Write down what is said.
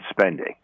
spending